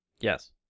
Yes